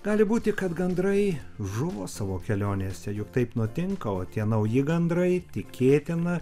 gali būti kad gandrai žuvo savo kelionėse juk taip nutinka o tie nauji gandrai tikėtina